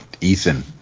Ethan